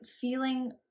feeling